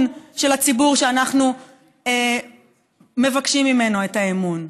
של הציבור שאנחנו מבקשים ממנו את האמון.